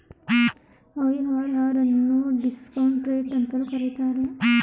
IRR ಅನ್ನು discount rate ಅಂತಲೂ ಕರೀತಾರೆ